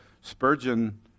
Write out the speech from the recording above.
Spurgeon